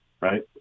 right